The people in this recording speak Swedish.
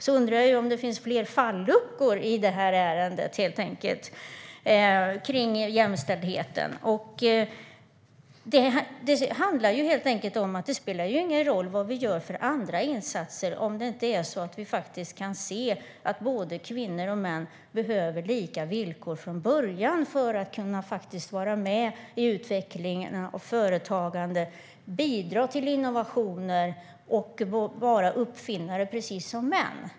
Då undrar jag om det finns fler falluckor i det här ärendet, helt enkelt, när det gäller jämställdheten. Det spelar ju ingen roll vilka andra insatser vi gör om vi inte kan se att både kvinnor och män behöver lika villkor från början för att vara med i utvecklingen och företagandet, bidra till innovationer och vara uppfinnare.